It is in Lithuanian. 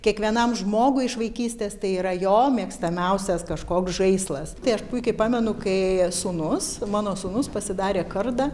kiekvienam žmogui iš vaikystės tai yra jo mėgstamiausias kažkoks žaislas tai aš puikiai pamenu kai sūnus mano sūnus pasidarė kardą